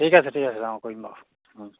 ঠিক আছে ঠিক আছে অঁ কৰিম বাৰু